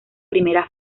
primera